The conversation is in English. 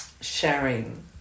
sharing